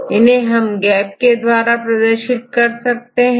इन्हें हम गैप के रूप में प्रदर्शित करेंगे